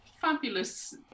fabulous